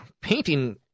Painting